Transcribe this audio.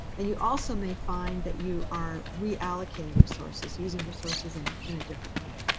and you also may find that you are reallocating resources, using resources in in a different way.